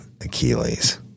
Achilles